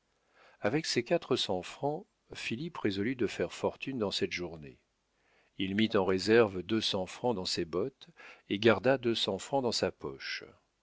avec ses quatre cents francs philippe résolut de faire fortune dans cette journée il mit en réserve deux cents francs dans ses bottes et garda deux cents francs dans sa poche